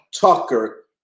Tucker